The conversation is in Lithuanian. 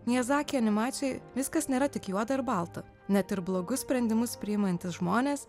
miazaki animacijoj viskas nėra tik juoda ir balta net ir blogus sprendimus priimantys žmonės